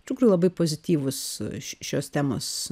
ištikro labai pozityvus šios temos